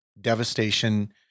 devastation